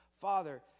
father